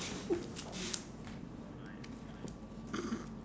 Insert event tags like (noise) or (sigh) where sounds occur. (laughs)